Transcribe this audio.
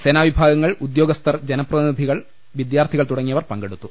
സേനാവിഭാഗങ്ങൾ ഉദ്യോഗ സ്ഥർ ജനപ്രതിനിധകൾ വിദ്യാർത്ഥികൾ തുടങ്ങിയവർ പങ്കെടു ത്തു